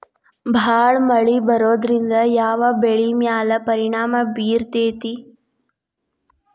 ಭಾಳ ಮಳಿ ಬರೋದ್ರಿಂದ ಯಾವ್ ಬೆಳಿ ಮ್ಯಾಲ್ ಪರಿಣಾಮ ಬಿರತೇತಿ?